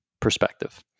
perspective